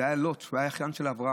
זה היה לוט, שהוא היה אחיין של אברהם.